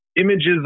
images